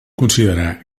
considerar